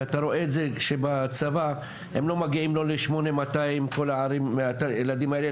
ואתה רואה את זה שבצבא הם לא מגיעים לא ל- 8200 כל הילדים האלה,